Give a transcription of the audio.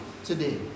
today